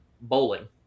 bowling